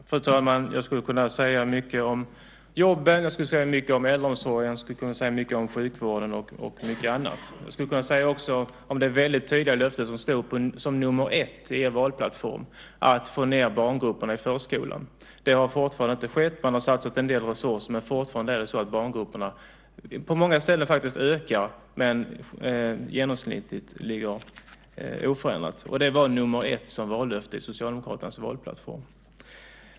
Fru talman! Jag skulle kunna säga mycket om jobben. Jag skulle kunna säga mycket om äldreomsorgen, sjukvården och mycket annat. Jag skulle också kunna säga mycket om det väldigt tydliga löftet som stod som nr 1 i er valplattform, att minska barngrupperna i förskolan. Det har fortfarande inte skett. Man har satsat en del resurser, men fortfarande ökar barngrupperna faktiskt på många ställen men är genomsnittligt oförändrade. Och det var nr 1 som vallöfte i Socialdemokraternas valplattform!